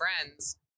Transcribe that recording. friends